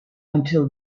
until